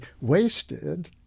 wasted